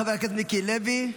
חבר הכנסת מיקי לוי,